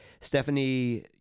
stephanie